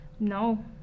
No